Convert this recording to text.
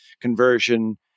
conversion